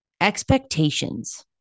Expectations